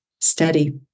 steady